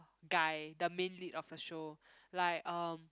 guy the main lead of the show like um